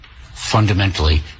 fundamentally